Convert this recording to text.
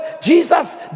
Jesus